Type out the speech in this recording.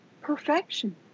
perfection